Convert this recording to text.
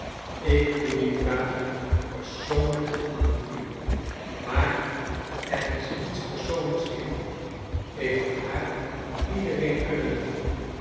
ik doe die vraag persoonlijk aan u maar er is niets persoonlijks in ik had haar aan iedereen kunnen doen